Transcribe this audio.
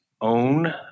own